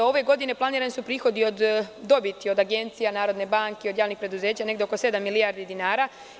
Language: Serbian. Ove godine planirani su prihodi od dobiti od agencija, Narodne banke, od javnih preduzeća, negde oko sedam milijardi dinara.